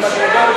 זולה.